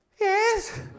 Yes